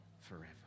forever